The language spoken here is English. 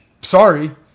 Sorry